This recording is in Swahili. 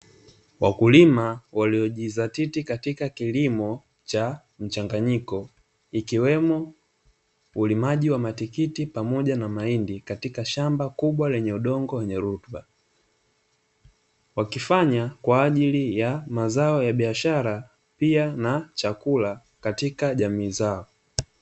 Wakulima waliojizatiti katika kilimo cha mchanganyiko ikiwemo ulimaji wa matikiti pamoja na mahindi, katika shamba kubwa lenye udongo wenye rutuba wakifanya kwa ajili ya mazao ya biashara pia na chakula katika jamii zao.